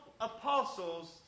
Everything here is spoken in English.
apostles